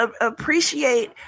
appreciate